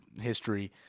history